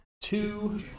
two